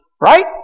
Right